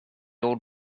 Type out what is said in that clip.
old